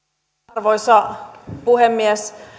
arvoisa puhemies